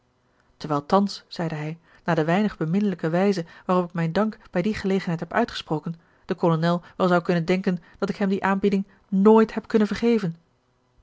terwijl thans zeide hij na de weinig beminnelijke wijze waarop ik mijn dank bij die gelegenheid heb uitgesproken de kolonel wel zou kunnen denken dat ik hem die aanbieding nooit heb kunnen vergeven